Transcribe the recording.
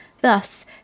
Thus